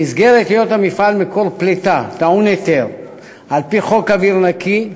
במסגרת היות המפעל מקור פליטה טעון היתר על-פי חוק אוויר נקי,